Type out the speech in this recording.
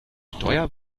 steuer